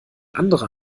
anderer